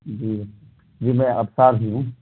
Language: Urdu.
جی جی میں ابصار ہی ہوں